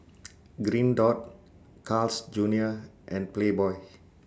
Green Dot Carl's Junior and Playboy